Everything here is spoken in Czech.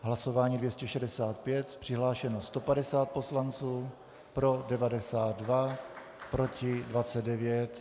Hlasování 265, přihlášeno 150 poslanců, pro 92, proti 29.